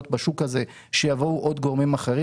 בשוק הזה כדי שיבואו עוד גורמים אחרים.